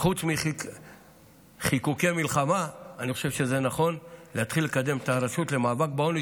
חוץ מחיקוקי מלחמה אני חושב שנכון להתחיל לקדם את הרשות למאבק בעוני,